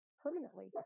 permanently